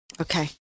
Okay